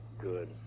good